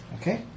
Okay